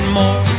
more